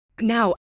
Now